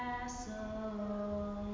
castle